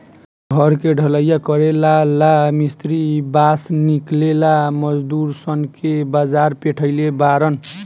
घर के ढलइया करेला ला मिस्त्री बास किनेला मजदूर सन के बाजार पेठइले बारन